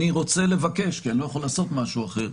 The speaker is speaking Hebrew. אני רוצה לבקש, כי אני לא יכול לעשות משהו אחר,